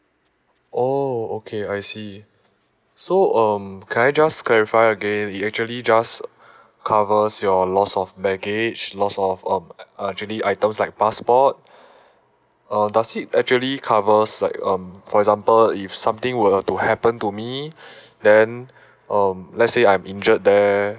oh okay I see so um can I just clarify again it actually just covers your loss of baggage loss of um actually items like passport uh does it actually covers like um for example if something were to happen to me then um let's say I'm injured there